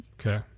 Okay